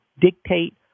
Dictate